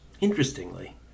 Interestingly